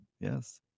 Yes